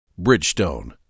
Bridgestone